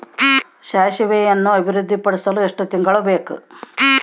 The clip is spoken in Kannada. ಸಾಸಿವೆಯನ್ನು ಅಭಿವೃದ್ಧಿಪಡಿಸಲು ಎಷ್ಟು ತಿಂಗಳು ಬೇಕು?